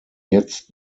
jetzt